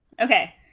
Okay